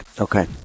okay